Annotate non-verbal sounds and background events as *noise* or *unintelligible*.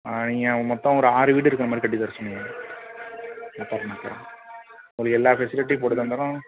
ஆ நீங்கள் மொத்தம் ஒரு ஆறு வீடு இருக்கிற மாதிரி கட்டி தர்ற சொன்னீங்கள் *unintelligible* உங்களுக்கு எல்லாம் ஃபெசிலிட்டியும் போட்டு தந்துடுறோம்